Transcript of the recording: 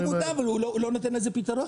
הוא מודע אבל הוא לא נותן לזה פתרון.